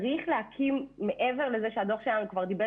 צריך להקים מעבר לזה שהדוח שלנו כבר דיבר